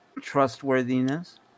trustworthiness